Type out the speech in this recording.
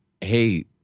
Hey